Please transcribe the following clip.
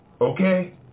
Okay